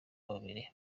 babiri